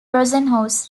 rosenhaus